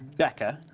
becca. ah,